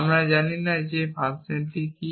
আমরা জানি না যে ফাংশনটি কী